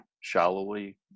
shallowly